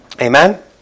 Amen